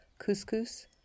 couscous